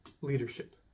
leadership